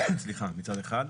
מצד אחד.